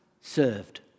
served